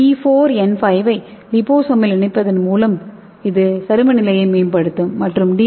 D 4 N 5 ஐ லிபோசோம்களில் இணைப்பதன் மூலம் இது சரும நிலையை மேம்படுத்தும் மற்றும் டி